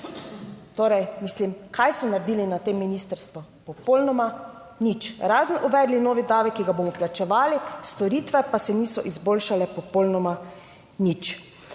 Torej, mislim, kaj so naredili na tem ministrstvu? Popolnoma nič, razen uvedli novi davek, ki ga bomo plačevali. Storitve pa se niso izboljšale popolnoma nič.